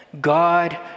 God